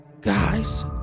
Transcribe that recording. guys